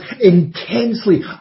intensely